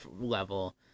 level